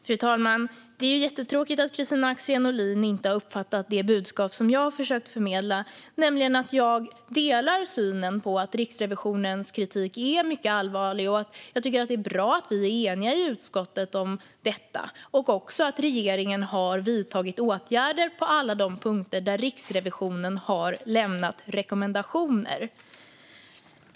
Fru talman! Det är jättetråkigt att Kristina Axén Olin inte har uppfattat det budskap som jag har försökt förmedla, nämligen att jag delar synen att Riksrevisionens kritik är mycket allvarlig. Jag tycker att det är bra att vi i utskottet är eniga om detta och att regeringen har vidtagit åtgärder på alla de punkter där Riksrevisionen har lämnat rekommendationer.